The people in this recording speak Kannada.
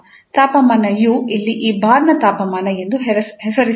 ತಾಪಮಾನ 𝑢 ಇಲ್ಲಿ ಈ ಬಾರ್ನ ತಾಪಮಾನ ಎಂದು ಹೆಸರಿಸಲಾಗಿದೆ